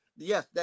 Yes